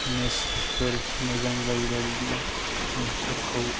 मेसफोर मोजां जायोबा बिदिनो मेसफोरखौ